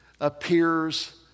appears